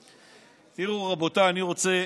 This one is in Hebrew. תראו, רבותיי, אני רוצה